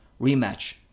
rematch